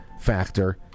factor